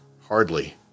Hardly